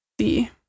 see